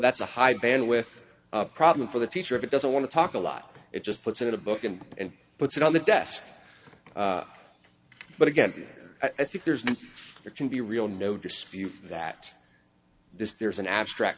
that's a high bandwidth problem for the teacher if it doesn't want to talk a lot it just puts it in a book and and puts it on the desk but again here i think there's there can be real no dispute that this there's an abstract